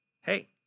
Hey